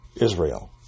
Israel